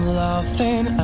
laughing